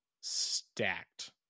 stacked